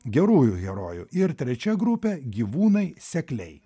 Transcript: gerųjų herojų ir trečia grupė gyvūnai sekliai